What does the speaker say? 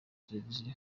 televiziyo